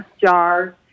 jars